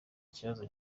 kibazo